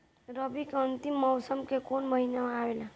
रवी के अंतिम मौसम में कौन महीना आवेला?